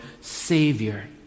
Savior